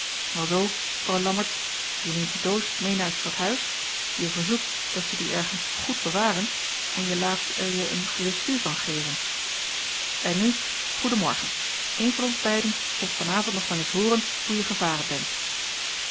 alzoo vrouw lammertsz je neemt die doos meê naar t stadhuis je verzoekt dat ze die ergens goed bewaren en je laat er je een reçu van geven en nu goede morgen een van ons beiden komt van avond nog wel eens hooren hoe je gevaren bent